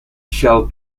shall